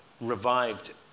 revived